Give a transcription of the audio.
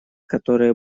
которые